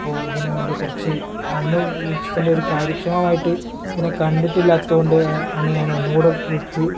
അപ്പോൾ ഇതിന് വേണ്ടി കുറച്ചു അന്ന് വിളിച്ചതിൻ്റെ ഒരു കാര്യക്ഷമമായിട്ട് ഇതിനെ കണ്ടിട്ടില്ലാത്ത കൊണ്ടാണ് ഞാൻ ഒന്നുകൂടെ വിളിച്ചു